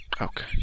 Okay